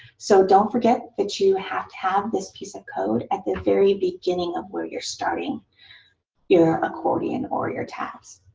so don't forget that you have to have this piece of code at the very beginning of where you're starting your accordion or your tabs.